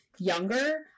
Younger